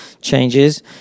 changes